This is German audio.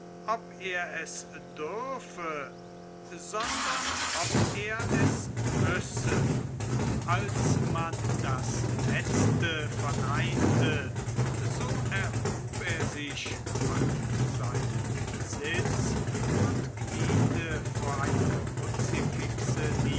ob er es dürfe sondern ob er es müsse als man das letzte verneinte so erhob er sich von seinem sitz und kniete vor einem crucifix